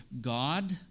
God